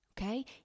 Okay